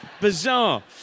bizarre